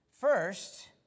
First